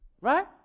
Right